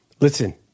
Listen